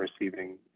receiving